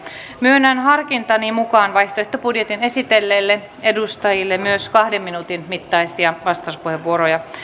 myönnän harkintani mukaan vaihtoehtobudjetin esitelleille edustajille myös kahden minuutin mittaisia vastauspuheenvuoroja